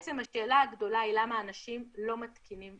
בעצם השאלה הגדולה היא: למה אנשים לא מתקינים יישומונים?